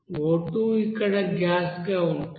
O2 ఇక్కడ gas గా ఉంటుంది